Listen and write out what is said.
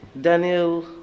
Daniel